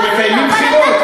הם מקיימים בחירות.